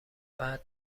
بعد